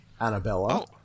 Annabella